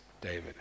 David